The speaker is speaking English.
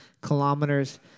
kilometers